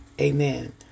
Amen